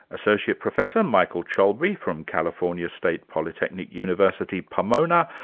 associate professor, michael cholbi from california state polytechnic university, pomona,